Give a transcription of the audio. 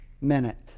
minute